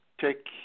take